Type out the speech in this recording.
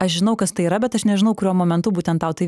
aš žinau kas tai yra bet aš nežinau kuriuo momentu būtent tau tai